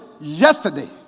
yesterday